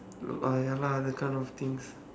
uh ya lah that kind of things